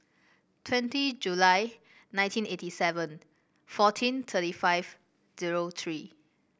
twenty July nineteen eighty seven fourteen thirty five zero three